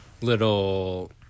little